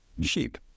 Sheep